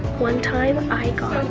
one time, i got